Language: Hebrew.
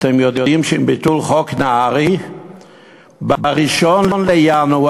אתם יודעים שעם ביטול חוק נהרי ב-1 בינואר,